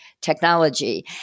technology